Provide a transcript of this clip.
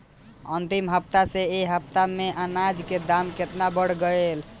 अंतिम हफ्ता से ए हफ्ता मे अनाज के दाम केतना बढ़ गएल?